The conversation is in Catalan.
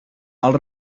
els